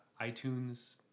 iTunes